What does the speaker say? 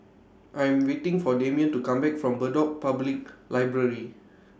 I'm waiting For Demian to Come Back from Bedok Public Library